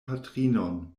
patrinon